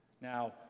Now